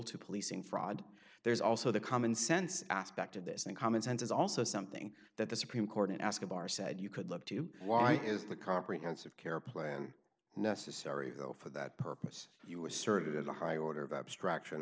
to policing fraud there's also the commonsense aspect of this and commonsense is also something that the supreme court ask a bar said you could look to why is the comprehensive care plan necessary for that purpose you asserted as a high order of abstraction